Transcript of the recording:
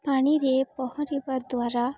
ପାଣିରେ ପହଁରିବା ଦ୍ୱାରା